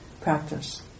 practice